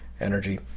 energy